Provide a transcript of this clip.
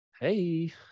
hey